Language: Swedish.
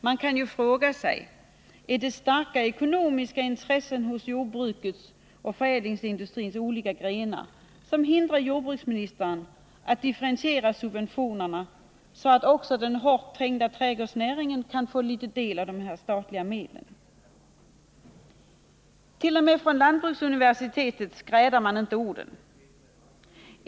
Man kan fråga sig: Är det starka ekonomiska intressen i jordbrukets och förädlingsindustrins olika grenar som hindrar jordbruksministern att differentiera subventionerna så att också den hårt trängda trädgårdsnäringen får del av dessa statliga medel? Inte ens lantbruksuniversitetet skräder orden.